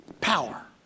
power